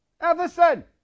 Everson